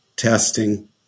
testing